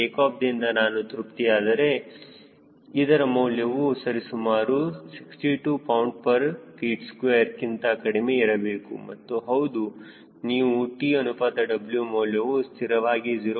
ಟೇಕಾಫ್ದಿಂದ ನಾನು ತೃಪ್ತಿಯಾದರೆ ಇದರ ಮೌಲ್ಯವು ಸರಿಸುಮಾರು 62 lbft2 ಕ್ಕಿಂತ ಕಡಿಮೆ ಇರಬೇಕು ಮತ್ತು ಹೌದು ನೀವು T ಅನುಪಾತ W ಮೌಲ್ಯವು ಸ್ಥಿರವಾಗಿ 0